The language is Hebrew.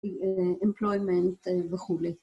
Employment וכולי